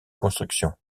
construction